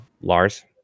Lars